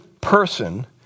person